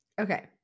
Okay